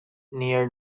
near